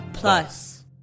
plus